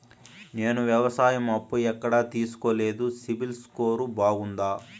నేను వ్యవసాయం అప్పు ఎక్కడ తీసుకోలేదు, సిబిల్ స్కోరు బాగుందా?